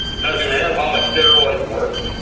now do anabolic steroids work?